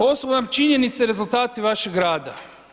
Ovo su vam činjenice i rezultati vašeg rada.